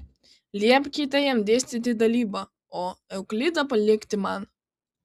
liepkite jam dėstyti dalybą o euklidą palikti man